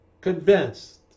convinced